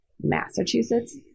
Massachusetts